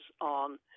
on